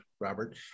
Robert